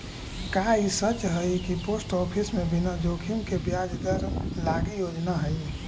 का ई सच हई कि पोस्ट ऑफिस में बिना जोखिम के ब्याज दर लागी योजना हई?